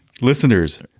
Listeners